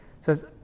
says